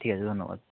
ঠিক আছে ধন্যবাদ